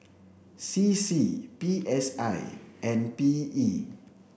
C C P S I and P E